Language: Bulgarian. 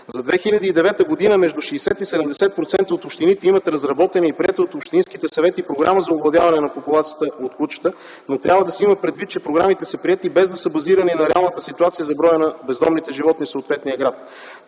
За 2009 г. между 60 и 70% от общините имат разработени и приети от общинските съвети програми за овладяване на популацията от кучета, но трябва да се има предвид, че програмите са приети без да са базирани на реалната ситуация за броя на бездомните животни в съответния град.